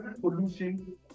pollution